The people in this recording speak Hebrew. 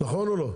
נכון או לא?